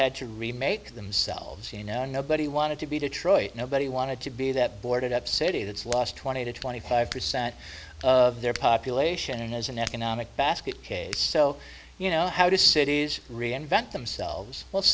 had to remake themselves you know nobody wanted to be detroit nobody wanted to be that boarded up city that's lost twenty to twenty five percent of their population as an economic basket case so you know how does cities reinvent themselves